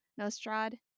Nostrad